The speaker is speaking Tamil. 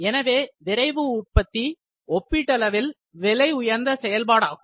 எனவே விரைவு உற்பத்தி ஒப்பீட்டளவில் விலைஉயர்ந்த செயல்பாடாகும்